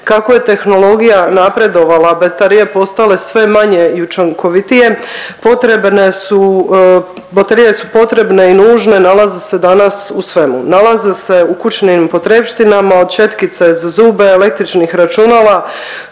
Kako je tehnologija napredovala, a baterije postale sve manje i učinkovitije, potrebne su, baterije su potrebne i nužne, nalaze se danas u svemu. Nalaze se u kućnim potrepštinama, od četkice za zube, električnih računala,